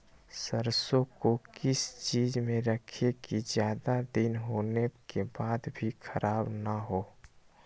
सरसो को किस चीज में रखे की ज्यादा दिन होने के बाद भी ख़राब ना हो?